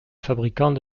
fabricant